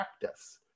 practice